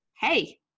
Hey